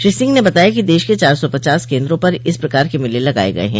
श्री सिंह ने बताया कि देश के चार सौ पचास केन्द्रों पर इस प्रकार के मेले लगाये है